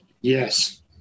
Yes